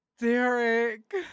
Derek